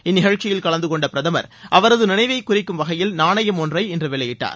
இந்நிகழ்ச்சியில் கலந்துகொண்ட பிரதமர் அவரது நினைவை குறிக்கும் வகையில் நாணயம் ஒன்றை இன்று வெளியிட்டார்